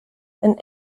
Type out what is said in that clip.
and